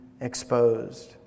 exposed